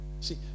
see